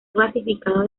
clasificado